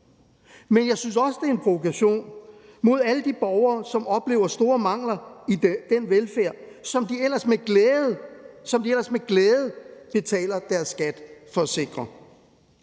men jeg synes også, det er en provokation mod alle de borgere, som oplever store mangler i den velfærd, som de ellers med glæde betaler deres skat for at sikre.